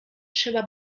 trzeba